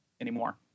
anymore